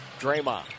Draymond